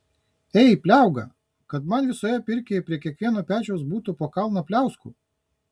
ei pliauga kad man visoje pirkioje prie kiekvieno pečiaus būtų po kalną pliauskų